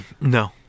no